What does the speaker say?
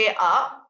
up